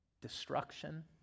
destruction